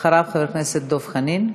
אחריו, חבר הכנסת דב חנין.